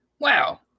Wow